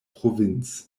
province